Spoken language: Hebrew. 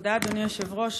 תודה, אדוני היושב-ראש.